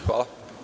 Hvala.